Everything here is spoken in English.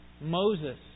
Moses